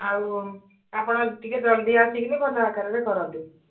ଆଉ ଆପଣ ଟିକେ ଜଲ୍ଦି ଆସିକିି ଭଲ ଆକାରରେ କରନ୍ତୁ